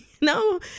no